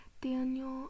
Daniel